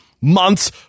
months